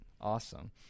awesome